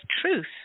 truth